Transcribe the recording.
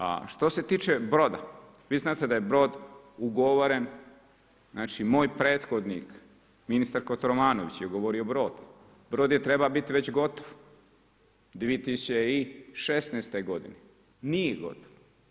A što se tiče broda, vi znate da je brod ugovoren, znači moj prethodnik, ministar Kotromanović, je govorio brod, brod je trebao biti već gotov, 2016. g. Nije gotov.